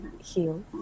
heal